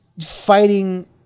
fighting